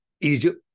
Egypt